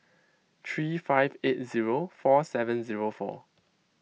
three five eight zero four seven zero four